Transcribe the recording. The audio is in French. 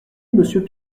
monsieur